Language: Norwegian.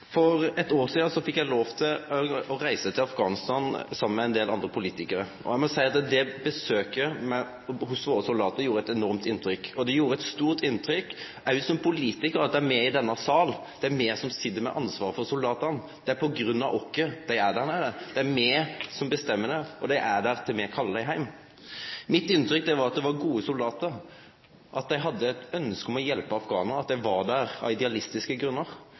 For eit år sidan fekk eg lov til å reise til Afghanistan saman med ein del andre politikarar. Eg må seie at det besøket hos våre soldatar gjorde eit enormt inntrykk, og det gjorde eit stort inntrykk òg som politikar at det er me i denne sal som sit med ansvaret for soldatane. Det er på grunn av oss dei er der nede. Det er me som bestemmer det, og dei er der til me kallar dei heim. Mitt inntrykk var at det var gode soldatar, at dei hadde eit ønske om å hjelpe afghanarar, og at dei var der av idealistiske grunnar.